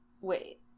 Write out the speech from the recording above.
Wait